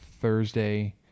Thursday